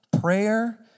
prayer